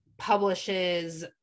publishes